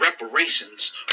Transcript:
reparations